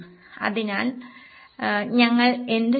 അതിനാൽ ഞങ്ങൾ എന്തുചെയ്യും